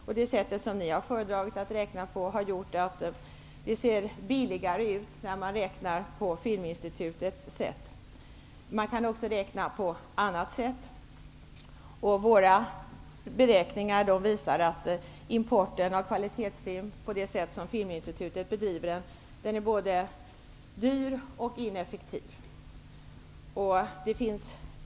Det sätt att räkna som ni har föredragit gör att det ser billigare ut än när man räknar på Filminstitutets sätt. Man kan också räkna på annat sätt, och våra beräkningar visar att Filminstitutets import av kvalitetsfilm är både dyr och ineffektiv.